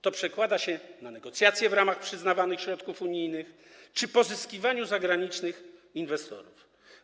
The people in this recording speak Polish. To przekłada się na negocjacje w ramach przyznawanych środków unijnych czy pozyskiwanie zagranicznych inwestorów.